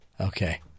Okay